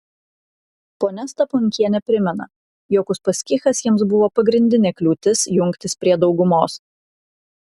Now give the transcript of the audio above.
ponia staponkienė primena jog uspaskichas jiems buvo pagrindinė kliūtis jungtis prie daugumos